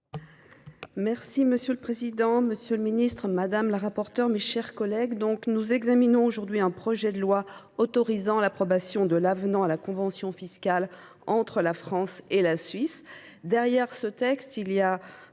Monsieur le président, monsieur le ministre, madame la rapporteure, mes chers collègues, nous examinons aujourd’hui un projet de loi autorisant l’approbation de l’avenant à la convention fiscale entre la France et la Suisse, un texte qui